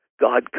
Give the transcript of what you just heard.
god